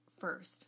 first